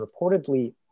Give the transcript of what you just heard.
reportedly